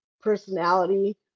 personality